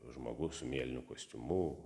žmogus su mėlynu kostiumu